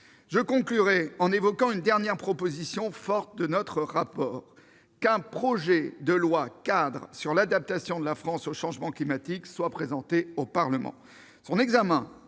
Je conclurai en évoquant une dernière proposition forte de notre rapport : un projet de loi-cadre sur l'adaptation de la France au changement climatique devrait être présenté au Parlement.